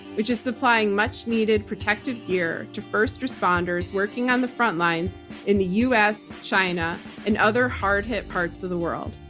which is supplying much needed protective gear to first responders working on the frontlines in the us, china and other hard hit parts of the world.